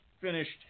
finished